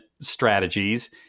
strategies